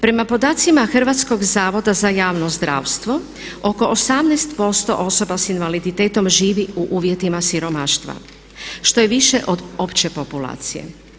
Prema podacima Hrvatskog zavoda za javno zdravstvo oko 18% osoba sa invaliditetom živi u uvjetima siromaštva što je više od opće populacije.